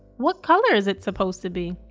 what color is it supposed to be?